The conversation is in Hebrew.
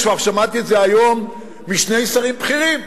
כבר שמעתי את זה היום משני שרים בכירים,